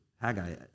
Haggai